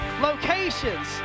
locations